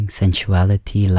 sensuality